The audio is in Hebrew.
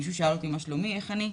מישהו שאל אותי מה שלומי, איך אני?